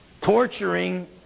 torturing